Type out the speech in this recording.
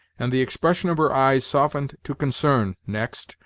and the expression of her eyes softened to concern, next,